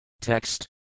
Text